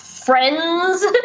friends